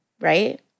right